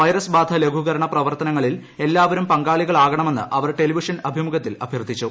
virus ബാധ ലഘൂകരണ പ്രവർത്തനങ്ങളിൽ എല്ലാവരും പങ്കാളികളാകണമെന്ന് അവർ ടെലിവിഷൻ അഭിമുഖത്തിൽ അഭ്യർത്ഥിച്ചു